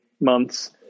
months